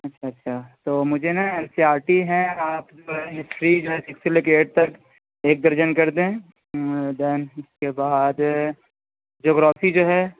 اچھا اچھا تو مجھے نا ہیں آپ یہ تھری جو ہے سیکس سے لے کے ایٹ تک ایک درجن کر دیں اس کے بعد جغرافی جو ہے